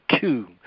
two